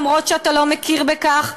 אף שאתה לא מכיר בכך,